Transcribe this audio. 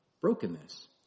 brokenness